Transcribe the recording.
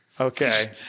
Okay